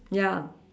ya